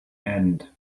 end